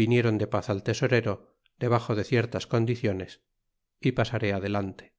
viniéron de paz al tesorero debaxo de ciertas condiciones y pasaré adelante